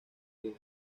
días